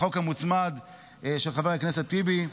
החוק המוצמד של חבר הכנסת טיבי,